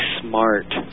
smart